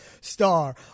star